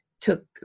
took